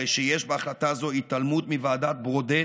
הרי שיש בהחלטה זו התעלמות מוועדת ברודט,